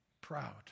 proud